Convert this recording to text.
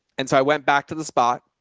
and so i went back to the spot.